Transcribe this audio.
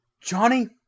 Johnny